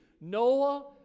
Noah